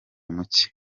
muke